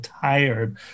tired